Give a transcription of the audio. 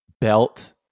Belt